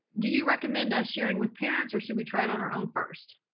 do you recommend us sharing with parents or should we try it on our own first?